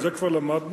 את זה כבר למדנו.